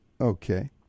Okay